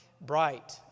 bright